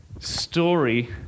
story